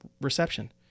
reception